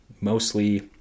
mostly